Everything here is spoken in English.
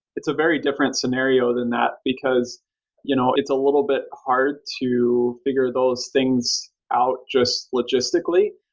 it's a very different scenario than that, because you know it's a little bit hard to figure those things out just logistically.